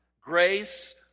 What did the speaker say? grace